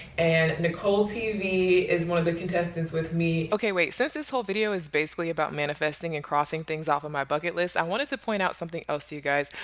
and nicole tv is one of the contestants with me. okay wait, since this whole video is basically about manifesting and crossing things off of my bucket list, i wanted to point out something else you guys.